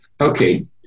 Okay